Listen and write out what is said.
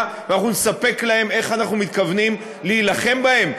ואנחנו נספק להם איך אנחנו מתכוונים להילחם בהם?